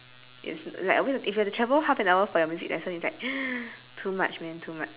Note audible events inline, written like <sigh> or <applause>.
it's like I mean if you have to travel half an hour for your music lesson it's like <noise> too much man too much